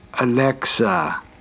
Alexa